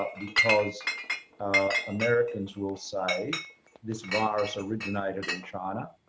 ah because americans will say this virus originated in china.